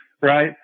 right